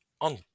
on